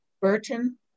Burton